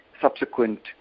subsequent